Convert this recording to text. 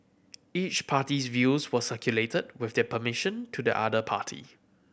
each party's views were circulated with their permission to the other party